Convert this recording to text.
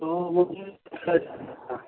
تو مجھے لال قلعہ جانا ہے